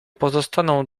pozostaną